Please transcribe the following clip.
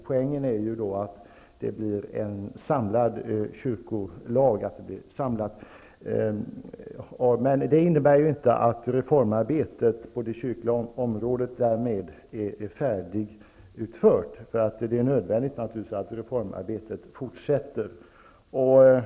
Poängen är att det blir en samlad kyrkolag, men det innebär inte att reformarbetet på det kyrkliga området därmed är färdigutfört, utan det är naturligtvis nödvändigt att reformarbetet fortsätter.